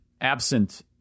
absent